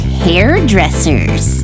hairdressers